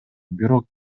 бирок